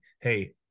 hey